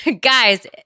guys